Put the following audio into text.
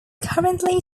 currently